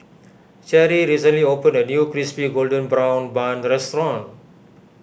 Cherry recently opened a new Crispy Golden Brown Bun restaurant